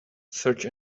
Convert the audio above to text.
search